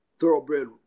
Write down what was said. thoroughbred